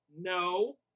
no